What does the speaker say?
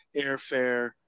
airfare